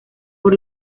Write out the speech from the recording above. por